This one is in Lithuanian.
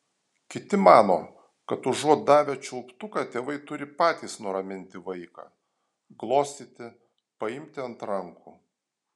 kiti mano kad užuot davę čiulptuką tėvai turi patys nuraminti vaiką glostyti paimti ant rankų